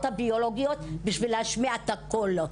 הביולוגיות בשביל להשמיע את קולן.